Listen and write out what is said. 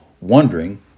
wondering